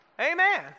Amen